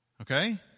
Okay